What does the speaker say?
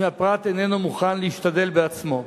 אם הפרט איננו מוכן להשתדל בעצמו.